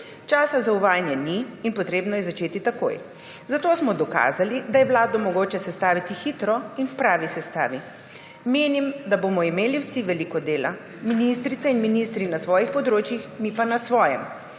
Časa za uvajanje ni in potrebno je začeti takoj, zato smo dokazali, da je vlado mogoče sestaviti hitro in v pravi sestavi. Menim, da bomo imeli vsi veliko dela, ministrice in ministri na svojih področjih, mi pa na svojem,